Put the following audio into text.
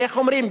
איך אומרים,